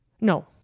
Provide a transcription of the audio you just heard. no